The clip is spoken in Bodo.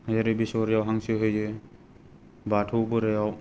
जेरै बिसहरियाव हांसो होयो बाथौ बोराइयाव